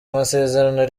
amasezerano